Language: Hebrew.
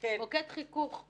נוגעת ונובעת להקשר פוליטי.